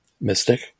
mystic